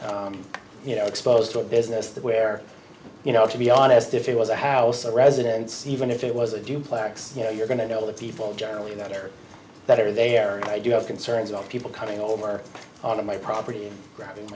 area you know exposed to a business where you know to be honest if it was a house or residence even if it was a duplex you know you're going to know the people generally that are that are there and i do have concerns about people coming over on my property